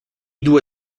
due